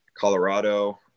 colorado